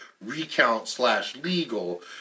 recount-slash-legal